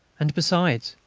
and, besides,